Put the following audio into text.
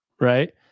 right